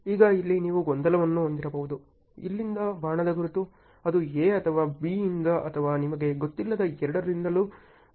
ಈಗ ಇಲ್ಲಿ ನೀವು ಗೊಂದಲವನ್ನು ಹೊಂದಿರಬಹುದು ಇಲ್ಲಿಂದ ಬಾಣದ ಗುರುತು ಅದು A ಅಥವಾ B ಯಿಂದ ಅಥವಾ ನಿಮಗೆ ಗೊತ್ತಿಲ್ಲದ ಎರಡರಿಂದಲೂ ಹೊಂದಿರಬಹುದು